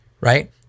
right